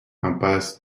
impasse